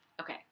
Okay